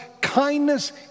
kindness